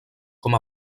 com